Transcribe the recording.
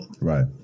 right